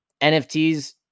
nfts